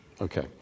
Okay